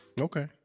okay